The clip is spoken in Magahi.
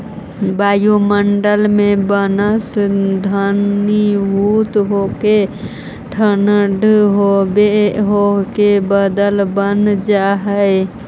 वायुमण्डल में वाष्प घनीभूत होके ठण्ढा होके बादल बनऽ हई